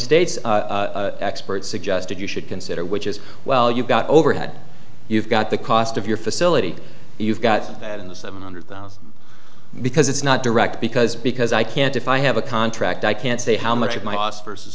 state's expert suggested you should consider which is well you've got overhead you've got the cost of your facility you've got that in the seven hundred thousand because it's not direct because because i can't if i have a contract i can't say how much of my loss versus